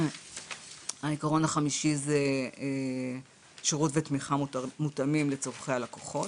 העיקרון החמישי זה שירת ותמיכה מותאמים לצרכי הלקוחות,